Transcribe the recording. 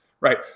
right